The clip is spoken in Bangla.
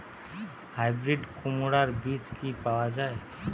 হাইব্রিড কুমড়ার বীজ কি পাওয়া য়ায়?